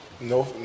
No